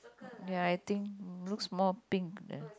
ya I think looks more pink there